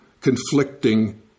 conflicting